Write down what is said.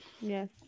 Yes